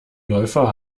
läufer